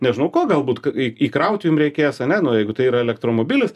nežinau ko galbūt k į įkraut jum reikės ane nu jeigu tai yra elektromobilis